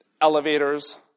elevators